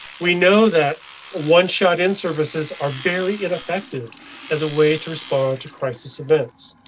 we know that one shot in services are very ineffective as a way to respond to crisis events.